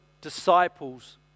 disciples